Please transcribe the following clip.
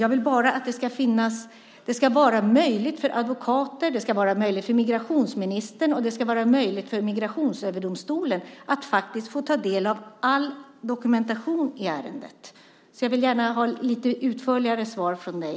Jag vill bara att det ska vara möjligt för advokater, för migrationsministern och för Migrationsöverdomstolen att faktiskt få ta del av all dokumentation i ärendet. Jag vill gärna ha lite utförligare svar från dig.